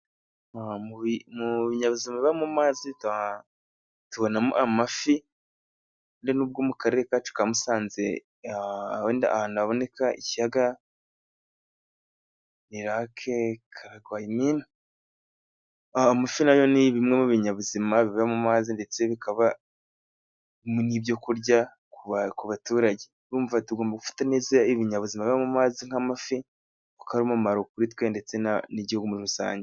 Mu binyabuzima biba mu mu mazi tubonamo amafi, mu karere kacu ka Musanze wenda ahantu haboneka ikiyaga ni lake, amafi na yo ni bimwe mu binyabuzima biba mu mazi ndetse bikaba n'ibyo kurya ku baturage, urumva tugomba gufata neza ibinyabuzima biba mu mazi nk'amafi, kuko ari umumaro kuri twe ndetse n'igihugu muri rusange.